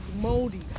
moldy